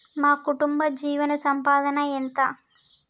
మా కుటుంబ జీవన సంపాదన ఎంత?